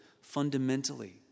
fundamentally